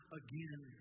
again